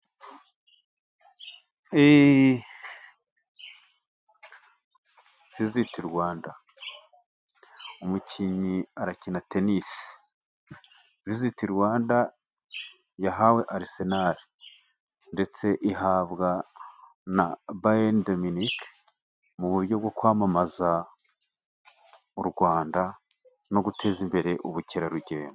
Viziti Rwanda. Umukinnyi arakina rwanda yahawe Arsenal. Ndetse ihabwa na Bayern De Munich mu buryo bwo kwamamaza mu Rwanda no guteza imbere ubukerarugendo.